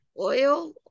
oil